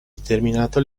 determinato